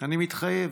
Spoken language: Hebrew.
אני מתחייב.